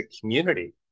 community